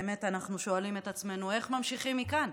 באמת אנחנו שואלים את עצמנו איך ממשיכים מכאן,